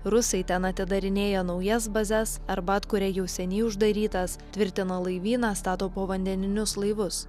rusai ten atidarinėja naujas bazes arba atkuria jau seniai uždarytas tvirtina laivyną stato povandeninius laivus